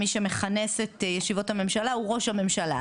מי שמכנס את ישיבות הממשלה הוא ראש הממשלה,